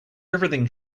everything